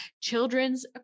children's